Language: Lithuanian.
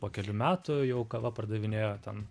po kelių metų jau kava pardavinėjo ten